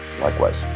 Likewise